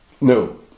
No